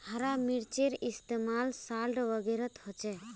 हरा मिर्चै इस्तेमाल सलाद वगैरहत होचे